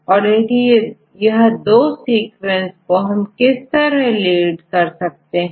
तो यह दो सीक्वेंस को हम किस तरह रिलेट कर सकते हैं